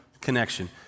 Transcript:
connection